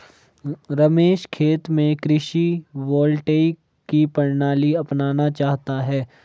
रमेश खेत में कृषि वोल्टेइक की प्रणाली अपनाना चाहता है